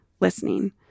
listening